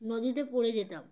নদীতে পড়ে যেতাম